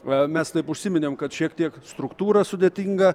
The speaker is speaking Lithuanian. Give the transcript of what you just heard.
va mes taip užsiminėm kad šiek tiek struktūra sudėtinga